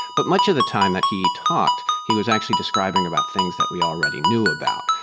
but much of the time that he talked, he was actually describing about things that we already knew about,